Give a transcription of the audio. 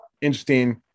interesting